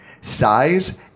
Size